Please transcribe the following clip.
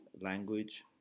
language